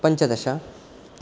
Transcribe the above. पञ्चदश